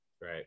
right